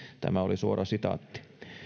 tämä oli suora sitaatti